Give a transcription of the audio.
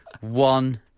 one